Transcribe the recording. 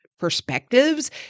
perspectives